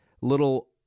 little